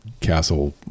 castle